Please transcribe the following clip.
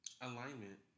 Alignment